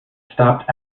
stopped